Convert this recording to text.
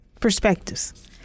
Perspectives